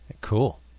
Cool